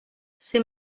c’est